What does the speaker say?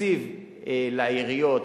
התקציב לעיריות,